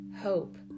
hope